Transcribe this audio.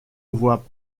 voient